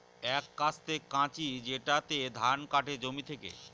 এক কাস্তে কাঁচি যেটাতে ধান কাটে জমি থেকে